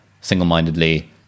single-mindedly